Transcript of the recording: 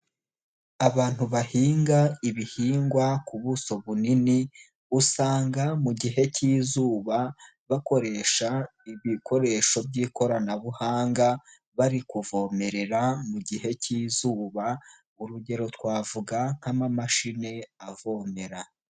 Abantu bahinga ibihingwa ku buso bunini usanga mu gihe k'izuba bakoresha ibikoresho by'ikoranabuhanga bari kuvomerera mu gihe k'izuba urugero twavuga nk'amamashini avomera.